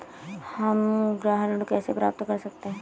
हम गृह ऋण कैसे प्राप्त कर सकते हैं?